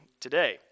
today